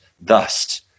Thus